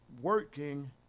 working